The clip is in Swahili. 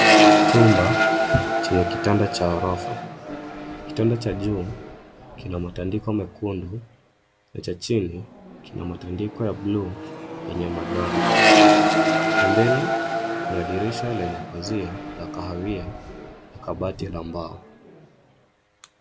Chumba chenye kitanda cha ghorofa. Kitanda cha juu kina matandiko mekundu na cha chini kina matandiko ya bluu yenye madoa. Pembeni, kuna dirisha lenye pazia la kahawia na kabati la mbao.